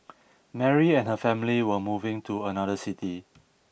Mary and her family were moving to another city